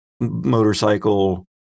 motorcycle